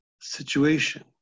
situation